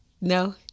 No